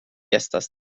estas